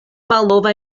malnova